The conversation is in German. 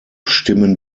stimmen